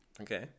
Okay